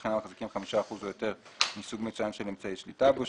וכן המחזיקים 5 אחוזים או יותר מסוג מסוים של אמצעי שליטה בו.